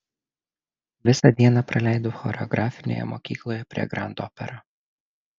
visą dieną praleidau choreografinėje mokykloje prie grand opera